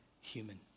human